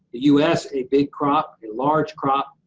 u s, a big crop, a large crop.